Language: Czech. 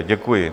Děkuji.